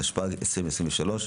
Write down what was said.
התשפ"ג 2023,